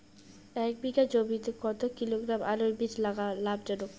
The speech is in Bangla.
এক বিঘা জমিতে কতো কিলোগ্রাম আলুর বীজ লাগা লাভজনক?